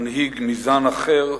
מנהיג מזן אחר,